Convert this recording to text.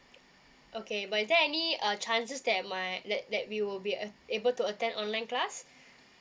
okay but is there any uh chances that my that that we will be uh able to attend online class